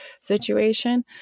situation